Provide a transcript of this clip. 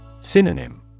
Synonym